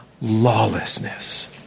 lawlessness